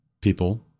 people